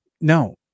No